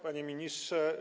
Panie Ministrze!